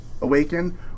awaken